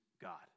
God